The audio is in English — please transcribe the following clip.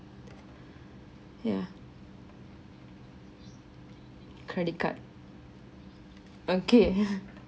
ya credit card okay